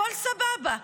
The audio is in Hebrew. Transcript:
הכול סבבה.